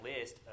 list